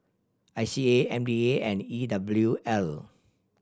I C A M D A and E W L